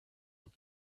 old